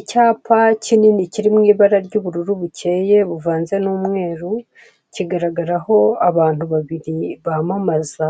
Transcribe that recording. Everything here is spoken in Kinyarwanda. Icyapa kinini kiri mu ibara ry'ubururu bukeye buvanze n'umweru kigaragaraho abantu babiri bamamaza